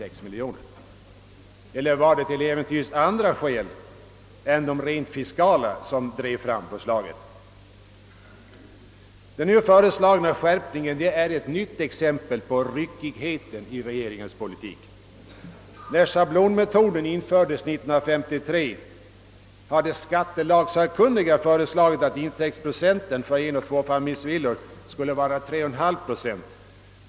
Eller är det till äventyrs andra skäl än de rent fiskala som drivit fram förslaget? Den föreslagna skärpningen är ett nytt exempel på ryckigheten i regeringens politik. När schablonmetoden infördes 1953 hade skattelagsakkunniga föreslagit att intäktsprocenten för enoch tvåfamiljsvillor skulle vara 3,5 procent.